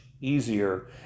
easier